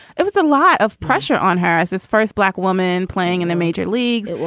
it was a lot of pressure on her as this first black woman playing in the major leagues.